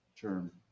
term